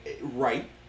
Right